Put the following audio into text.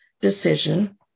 decision